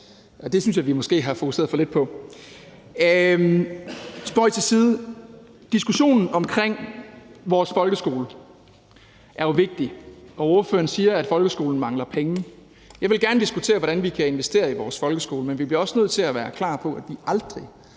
det synes jeg vi måske har fokuseret for lidt på. Spøg til side. Diskussionen omkring vores folkeskole er jo vigtig, og hr. Martin Lidegaard siger, at folkeskolen mangler penge. Jeg vil gerne diskutere, hvordan vi kan investere i vores folkeskole, men vi bliver også nødt til at være klar på, at vi aldrig